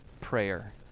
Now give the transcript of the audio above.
Prayer